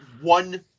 one